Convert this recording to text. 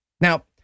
Now